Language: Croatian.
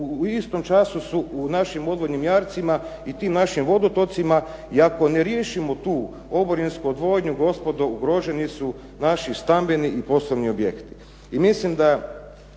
u istom času su u našim odvodnim jarcima i tim našim vodotocima. I ako ne riješimo tu oborinsku odvodnju gospodo, ugroženi su naši stambeni i poslovni objekti. I mislim da